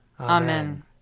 Amen